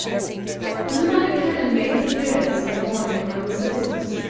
when the minor canon made his appearance in the morning among the citizens,